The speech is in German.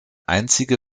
einzige